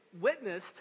witnessed